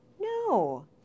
No